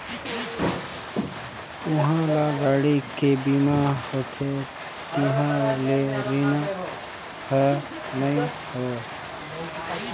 उहां ल गाड़ी के बीमा होथे तिहां ले रिन हें नई हों